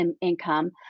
income